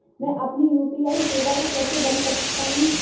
मैं अपनी यू.पी.आई सेवा को कैसे बंद कर सकता हूँ?